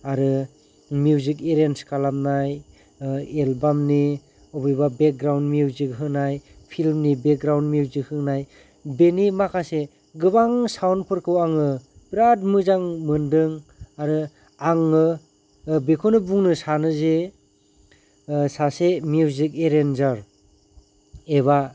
आरो मिउजिक एरेनस खालामनाय एलबामनि अबेबा बेकग्राउण्ड मिउजिक होनाय प्लिमनि बेकग्राउण्ड मिउजिक होनाय बेनि माखासे गोबां सावनफोरखौ आङो बिराद मोजां मोनदों आरो आङो बेखौनो बुंनो सानो जे सासे मिउजिक एरेनजार एबा